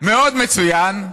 מאוד מצוין,